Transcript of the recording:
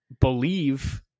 believe